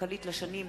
ישראל,